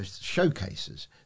showcases